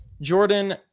Jordan